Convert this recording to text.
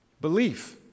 Belief